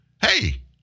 hey